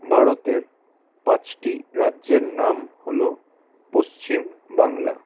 ভারতের পাঁচটি রাজ্যের নাম হলো পশ্চিম বাংলা